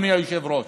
אדוני היושב-ראש.